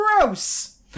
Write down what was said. gross